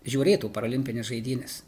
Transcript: žiūrėtų parolimpines žaidynes